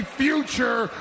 future